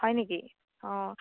হয় নেকি অ'